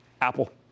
Apple